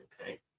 Okay